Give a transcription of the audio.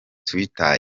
twitter